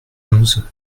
onze